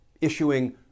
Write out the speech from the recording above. issuing